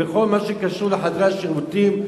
בכל מה שקשור בחדרי השירותים,